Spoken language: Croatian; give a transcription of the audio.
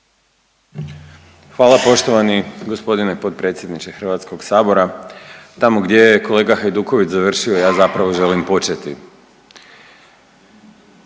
Hvala poštovani g. potpredsjedniče HS-a. Tamo gdje je kolega Hajduković završio ja zapravo želim početi.